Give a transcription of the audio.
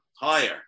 higher